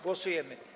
Głosujemy.